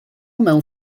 mewn